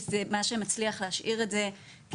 זה מה שמצליח להשאיר את זה בשליטה.